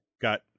got